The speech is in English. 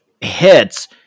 hits